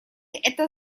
это